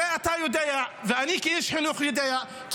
הרי אתה יודע ואני כאיש חינוך יודע כי